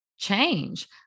change